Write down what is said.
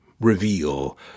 reveal